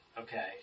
okay